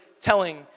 telling